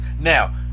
Now